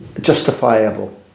justifiable